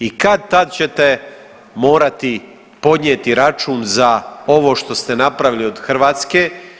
I kad-tad ćete morati podnijeti račun za ovo što ste napravili od Hrvatske.